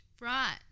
Right